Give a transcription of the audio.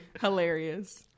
Hilarious